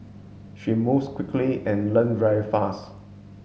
she moves quickly and learn very fast